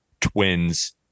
Twins